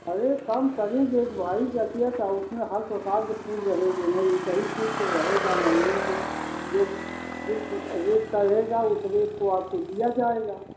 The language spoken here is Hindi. अरे कम करेंगे कि भाई उसमें हर प्रकार के फूल रहेंगे ना एक ही फूल तो रहेगा नहीं कि कुछ जो फूल रेट का रहेगा उस रेट को आपको दिया जाएगा